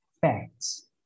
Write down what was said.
facts